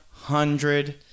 hundred